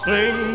Sing